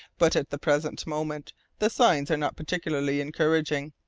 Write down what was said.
but at the present moment the signs are not particularly encouraging.